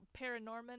Paranorman